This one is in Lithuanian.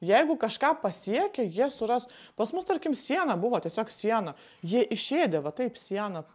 jeigu kažką pasiekia jie suras pas mus tarkim siena buvo tiesiog siena jie išėdė va taip sieną